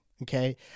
Okay